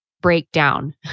breakdown